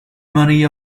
money